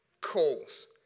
calls